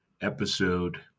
episode